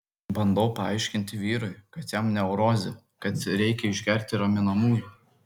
bandau paaiškinti vyrui kad jam neurozė kad reikia išgerti raminamųjų